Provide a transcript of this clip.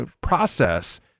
process